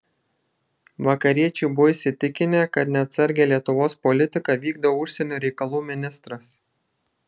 vakariečiai buvo įsitikinę kad neatsargią lietuvos politiką vykdo užsienio reikalų ministras